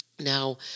Now